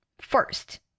First